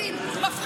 נפגעי עבירה,